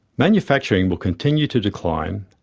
manufacturing will continue to decline,